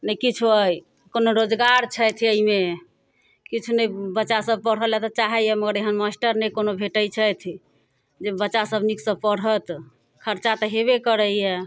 ने किछो अइ कोनो रोजगार छथि अइमे किछु नहि बच्चा सब पढ़ऽ लए तऽ चाहैय मगर एहन मास्टर नहि कोनो भेटै छथि जे बच्चा सब नीकसँ पढ़त खर्चा तऽ हेबे करैय